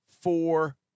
four